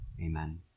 Amen